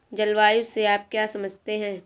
जलवायु से आप क्या समझते हैं?